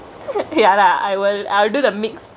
ya lah I will I will do the mix